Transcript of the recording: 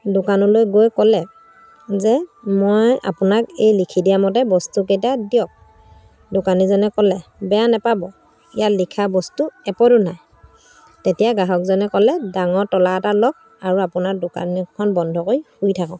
দোকানলৈ গৈ ক'লে যে মই আপোনাক এই লিখি দিয়ামতে বস্তুকেইটা দিয়ক দোকানীজনে ক'লে বেয়া নাপাব ইয়াত লিখা বস্তু এপদো নাই তেতিয়া গ্ৰাহকজনে ক'লে ডাঙৰ তলা এটা লওক আৰু আপোনাৰ দোকানখন বন্ধ কৰি শুই থাকক